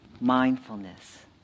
mindfulness